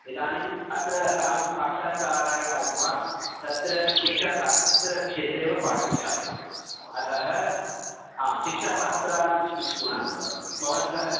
इदानीम् अत्र अहं साक्षात्कारायागतवान् तत्र शिक्षासास्त्रक्षेत्रे वा पाठयिष्यामि अतः शिक्षाशास्त्रानुगुणमेव भवन्तः